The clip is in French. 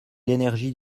l’énergie